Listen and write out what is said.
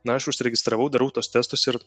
na aš užsiregistravau darau tuos testus ir